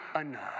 enough